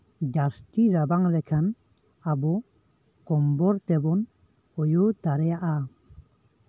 ᱡᱟᱥᱛᱤ ᱨᱟᱵᱟᱝ ᱞᱮᱠᱷᱟᱱ ᱟᱵᱚ ᱠᱚᱢᱵᱚᱞ ᱛᱮᱵᱚᱱ ᱚᱭᱩ ᱫᱟᱲᱮᱭᱟᱜᱼᱟ